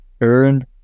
earn